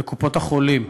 וקופות-החולים.